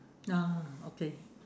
ah okay